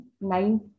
nine